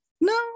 No